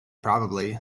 probably